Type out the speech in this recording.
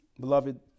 Beloved